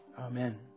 Amen